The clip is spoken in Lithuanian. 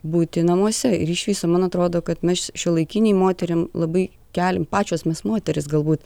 būti namuose ir iš viso man atrodo kad mes šiuolaikinei moterim labai keliam pačios me moterys galbūt